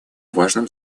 важным